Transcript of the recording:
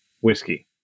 whiskey